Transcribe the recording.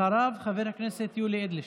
אחריו, חבר הכנסת יולי אדלשטיין.